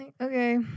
Okay